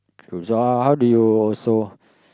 true so how do you also